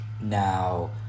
Now